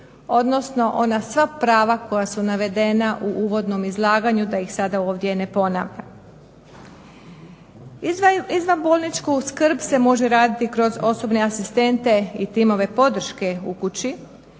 odnosno ona sva prava koja su navedena u uvodnom izlaganju da ih sada ovdje ne ponavljam. Izvanbolničku skrb se može raditi kroz osobne asistente i timove podrške u kući